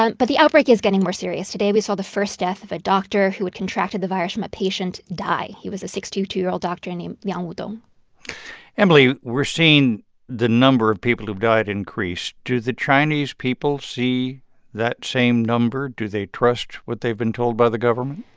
ah but the outbreak is getting more serious. today, we saw the first death of a doctor who had contracted the virus from a patient die. he was a sixty two year old doctor named liang um wudong emily, we're seeing the number of people who've died increase. do the chinese people see that same number? do they trust what they've been told by the government?